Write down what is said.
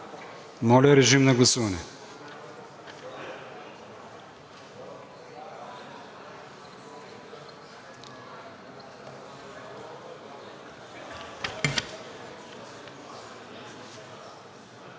Моля, режим на гласуване.